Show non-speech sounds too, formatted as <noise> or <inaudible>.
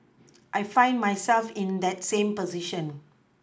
<noise> I find myself in that same position